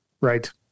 Right